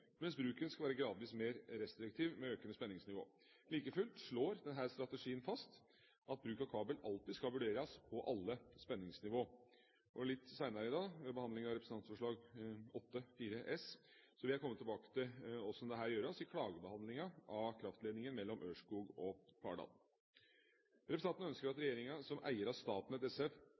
mens bruken gradvis skal være mer restriktiv ved økende spenningsnivå. Like fullt slår denne strategien fast at bruk av kabel alltid skal vurderes på alle spenningsnivå. Litt senere i dag, ved behandlingen av representantforslag 8:4 S, vil jeg komme tilbake til hvordan dette gjøres i klagebehandlingen av kraftledningen mellom Ørskog og Fardal. Representantene ønsker at regjeringa som eier av Statnett SF